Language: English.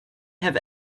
have